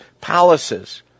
palaces